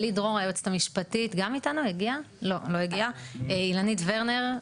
גם אילנית ורנר,